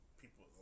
people